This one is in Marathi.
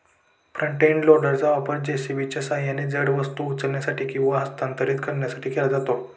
फ्रंट इंड लोडरचा वापर जे.सी.बीच्या सहाय्याने जड वस्तू उचलण्यासाठी आणि हस्तांतरित करण्यासाठी केला जातो